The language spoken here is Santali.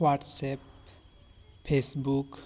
WhatsApp Facebook